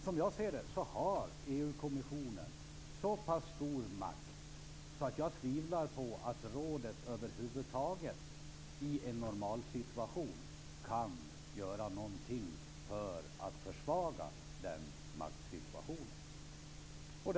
Som jag ser det har EU-kommission så stor makt att jag tvivlar på att rådet, i en normalsituation, över huvud taget kan göra någonting för att försvaga den maktsituationen.